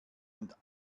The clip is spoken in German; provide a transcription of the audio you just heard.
und